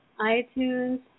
iTunes